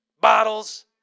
bottles